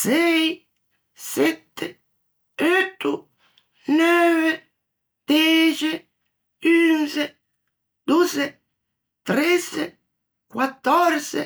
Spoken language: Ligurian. sëi, sette, eutto, neuve, dexe, unze, dozze, trezze, quattòrze,